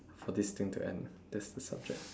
for this thing to end that's the subject